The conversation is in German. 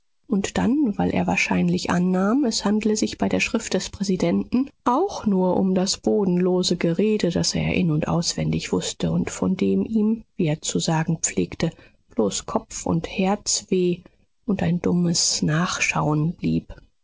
und dann weil er wahrscheinlich annahm es handle sich bei der schrift des präsidenten auch nur um das bodenlose gerede das er in und auswendig wußte und von dem ihm wie er zu sagen pflegte bloß kopf und herzweh und ein dummes nachschauen blieb